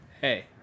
hey